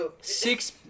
six